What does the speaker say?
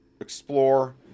explore